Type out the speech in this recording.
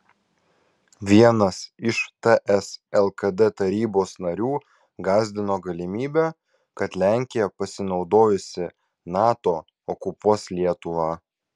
vienas iš ts lkd tarybos narių gąsdino galimybe kad lenkija pasinaudojusi nato okupuos lietuvą